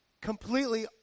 completely